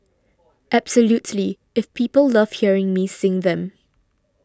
absolutely if people love hearing me sing them